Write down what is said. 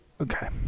okay